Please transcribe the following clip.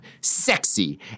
sexy